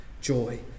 joy